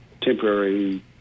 temporary